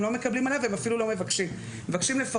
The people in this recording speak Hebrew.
הם לא מקבלים ואפילו לא מבקשים עליו.